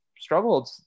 struggled